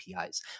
APIs